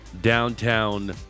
downtown